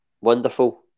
wonderful